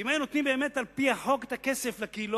ואם באמת היו נותנים את הכסף לקהילות,